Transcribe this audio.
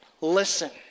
Listen